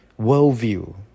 worldview